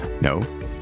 No